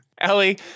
Ellie